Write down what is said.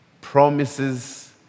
promises